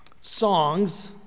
Songs